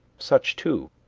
such too,